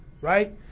right